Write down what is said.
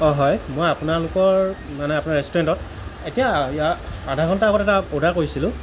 হয় মই আপোনালোকৰ মানে আপোনাৰ ৰেষ্টুৰেণ্টত এতিয়া এইয়া আধা ঘণ্টাৰ আগতে এটা অৰ্ডাৰ কৰিছিলোঁ